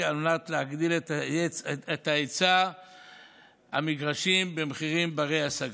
על מנת להגדיל את היצע המגרשים במחירים בני-השגה.